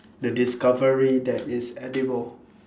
the discovery that it is edible